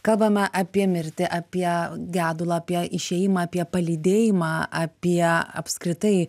kalbame apie mirtį apie gedulą apie išėjimą apie palydėjimą apie apskritai